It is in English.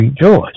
rejoice